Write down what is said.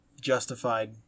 justified